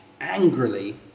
angrily